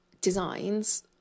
designs